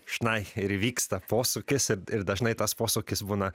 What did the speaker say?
šnaich ir įvyksta posūkis ir dažnai tas posūkis būna